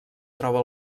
troba